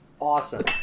Awesome